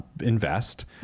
invest